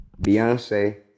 Beyonce